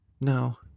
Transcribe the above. No